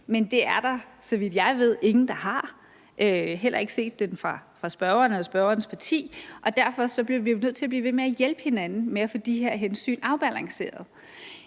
Men det er der, så vidt jeg ved, ingen der har – jeg har heller ikke set den fra spørgeren eller spørgerens parti. Og derfor bliver vi jo nødt til at blive ved med at hjælpe hinanden med at få de her hensyn afbalanceret.